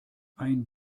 ein